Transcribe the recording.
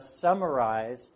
summarize